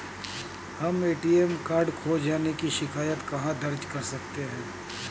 हम ATM card खो जाने की शिकायत कहाँ दर्ज कर सकते हैं?